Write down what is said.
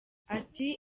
ati